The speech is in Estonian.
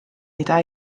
mida